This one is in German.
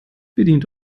bedient